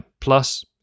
plus